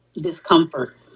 Discomfort